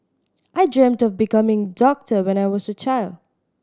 I dreamt of becoming a doctor when I was a child